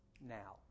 now